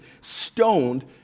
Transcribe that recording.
stoned